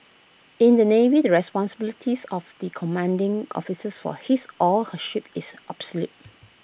in the navy the responsibilities of the commanding officers will his or her ship is absolute